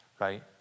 right